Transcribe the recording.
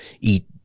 eat